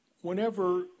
Whenever